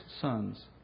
sons